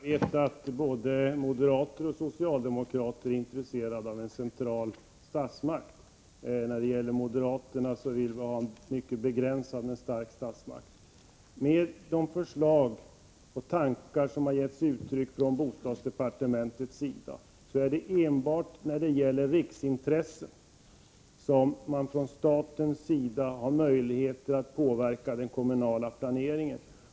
Herr talman! Jag vet att både moderater och socialdemokrater är intresserade av en central statsmakt. Vi moderater vill ha en mycket begränsad, men stark statsmakt. Enligt de förslag och tankar som kommer från bostadsdepartementet är det enbart när det gäller riksintressen som man från statens sida har möjlighet att påverka den kommunala planeringen.